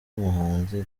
muhanzi